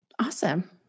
Awesome